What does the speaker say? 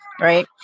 right